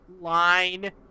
line